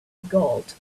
gold